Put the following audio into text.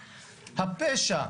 הפשע,